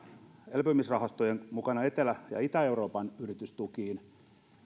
elpymisrahaston mukana etelä ja itä euroopan yritystukiin niin että